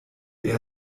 ihr